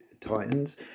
Titans